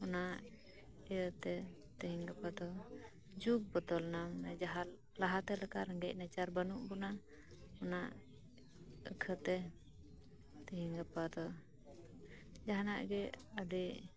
ᱚᱱᱟ ᱤᱭᱟᱹᱛᱮ ᱛᱤᱦᱤᱧ ᱜᱟᱯᱟ ᱫᱚ ᱡᱩᱜ ᱵᱚᱫᱚᱞ ᱮᱱᱟ ᱢᱟᱱᱮ ᱡᱟᱦᱟ ᱞᱟᱦᱟᱛᱮ ᱞᱮᱠᱟ ᱨᱮᱜᱮᱡᱽ ᱱᱟᱪᱟᱨ ᱵᱟᱹᱱᱩᱜ ᱵᱚᱱᱟ ᱚᱱᱟ ᱤᱠᱷᱟᱹᱛᱮ ᱛᱤᱦᱤᱧ ᱜᱟᱯᱟ ᱫᱚ ᱡᱟᱸᱦᱟᱱᱟᱜ ᱜᱮ ᱟᱹᱰᱤ